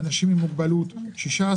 מקרב אנשים עם מוגבלות 16,